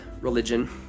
religion